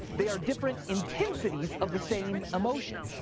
they are different intensities of the same emotion.